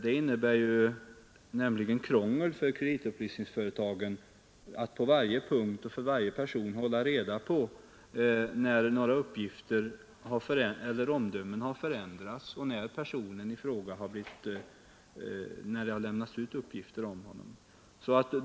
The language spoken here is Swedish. Det innebär nämligen krångel för kreditupplysningsföretagen att på varje punkt och för varje person hålla reda på när uppgifter och omdömen har förändrats och när det har lämnats ut uppgifter om personen i fråga.